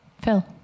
Phil